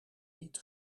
niet